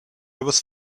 was